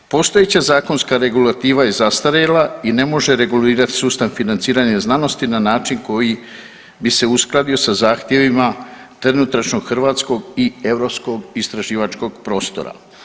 Postojeća zakonska regulativa je zastarjela i ne može regulirati sustav financiranja znanosti na način koji bi se uskladio sa zahtjevima trenutačnog hrvatskog i europskog istraživačkog prostora.